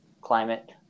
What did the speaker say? climate